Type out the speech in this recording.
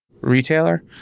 retailer